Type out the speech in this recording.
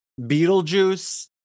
Beetlejuice